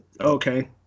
Okay